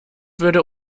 würde